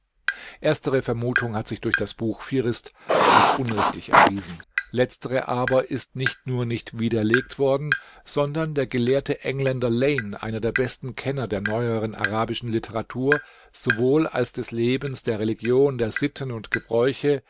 erstere vermutung hat sich durch das buch fihrist als unrichtig erwiesen letztere aber ist nicht nur nicht widerlegt worden sondern der gelehrte engländer lane einer der besten kenner der neueren arabischen literatur sowohl als des lebens der religion der sitten und gebräuche